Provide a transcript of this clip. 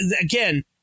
again